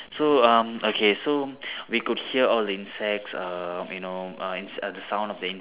so um okay so we could hear all the insects err you know err in~ the sounds of the in~